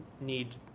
need